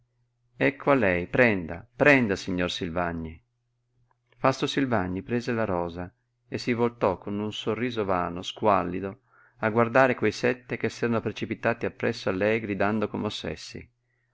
ecco a lei prenda prenda signor silvagni fausto silvagni prese la rosa e si voltò con un sorriso vano squallido a guardare quei sette che s'erano precipitati appresso a lei gridando come ossessi